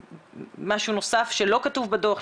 משהו נוסף שלא כתוב בדוח,